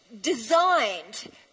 designed